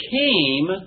came